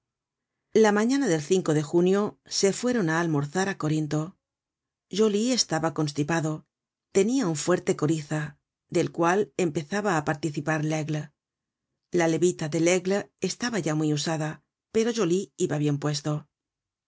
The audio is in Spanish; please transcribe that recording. la mañana del de junio se fueron á almorzar á corinto joly estaba constipado tenia un fuerte coriza del cual empezaba á participar laigle la levita de laigle estaba ya muy usada pero joly iba bien puesto era